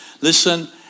Listen